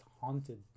haunted